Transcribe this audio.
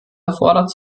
erfordert